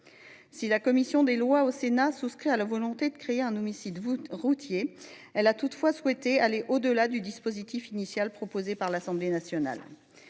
Si la commission des lois au Sénat souscrit à la volonté de créer un homicide routier, elle a toutefois souhaité aller au delà du dispositif initial proposé par l’Assemblée nationale.